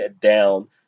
down